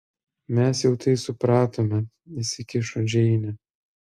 mes jau tai supratome įsikišo džeinė